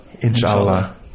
inshallah